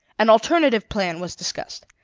an alternative plan was discussed